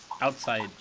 outside